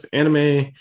anime